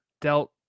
dealt